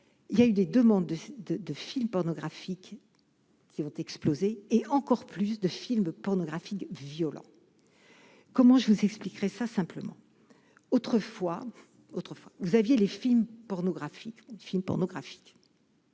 il y a eu des demandes de de films pornographiques qui ont explosé et encore plus de films pornographiques, violents, comment je vous expliquerai ça simplement autrefois autrefois Xavier les films pornographiques